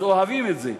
אז אוהבים את זה.